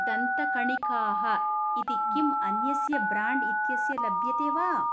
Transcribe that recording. दन्तकणिकाः इति किम् अन्यस्य ब्राण्ड् इत्यस्य लभ्यते वा